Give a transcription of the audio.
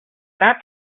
that